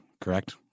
correct